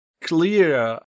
clear